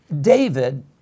David